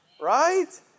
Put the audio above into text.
right